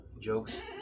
jokes